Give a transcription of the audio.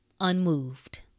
unmoved